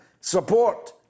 support